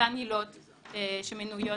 אותן עילות שמנויות